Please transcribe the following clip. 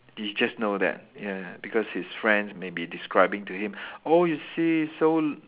he just know that ya ya because his friends may be describing to him oh you see so